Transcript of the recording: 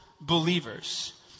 believers